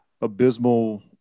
abysmal